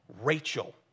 Rachel